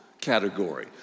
category